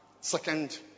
Second